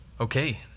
Okay